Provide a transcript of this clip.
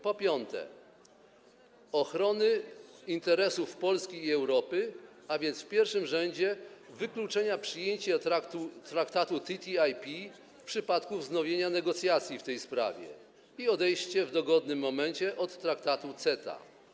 Po piąte, oczekujemy ochrony interesów polskich i Europy, a więc w pierwszym rzędzie wykluczenia przyjęcia traktatu TTIP w przypadku wznowienia negocjacji w tej sprawie i odejścia w dogodnym momencie od traktatu CETA.